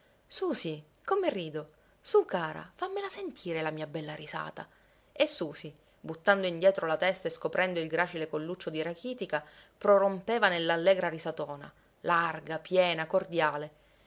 susì come rido su cara fammela sentire la mia bella risata e susì buttando indietro la testa e scoprendo il gracile colluccio di rachitica prorompeva nell'allegra risatona larga piena cordiale